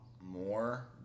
more